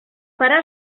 parar